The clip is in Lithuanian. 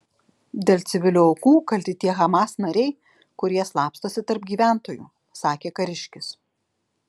dėl civilių aukų kalti tie hamas nariai kurie slapstosi tarp gyventojų sakė kariškis